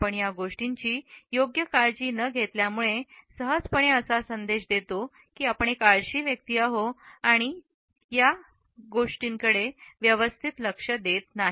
आपण या गोष्टींची योग्य काळजी न घेतल्यामुळे सहजपणे असा संदेश देतो की की आपण एक आळशी व्यक्ती आहोत आणि या अव्यवस्थित गोष्टींकडे लक्ष देत नाही